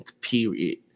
Period